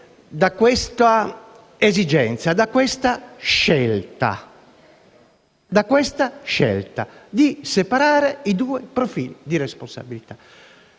da questa esigenza, da questa scelta di separare i due profili di responsabilità.